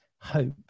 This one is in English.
hope